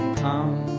Come